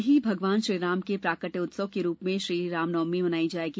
कल ही भगवान श्रीराम के प्राकट्य उत्सव के रूप में श्री रामनवमी मनाई जाएगी